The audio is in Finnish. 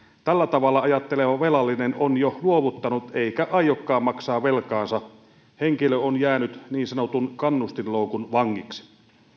tällä tavalla ajatteleva velallinen on jo luovuttanut eikä aiokaan maksaa velkaansa henkilö on jäänyt niin sanotun kannustinloukun vangiksi